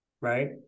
Right